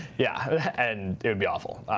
yeah. and it would be awful.